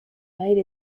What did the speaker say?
made